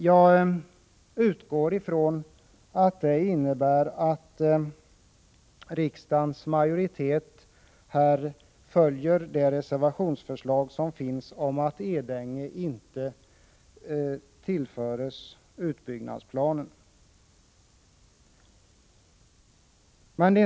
Jag utgår från att det innebär att riksdagens majoritet här följer de reservationsförslag som finns om att Edänge inte tillförs utbyggnadsplanen.